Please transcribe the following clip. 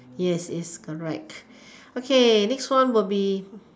yes yes correct okay next one will be